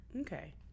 Okay